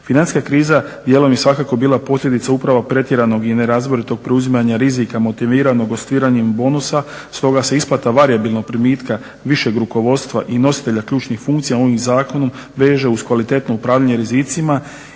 Financijska kriza dijelom je svakako bila posljedica upravo pretjeranog i ne razboritog preuzimanja rizika motiviranog ostvarivanjem bonusa, stoga se isplata varijabilnog primitka višeg rukovodstva i nositelja ključnih funkcija ovim zakonom veže uz kvalitetno upravljanje rizicima